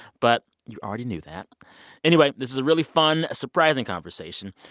but you already knew that anyway this is a really fun, surprising conversation,